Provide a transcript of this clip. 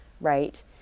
Right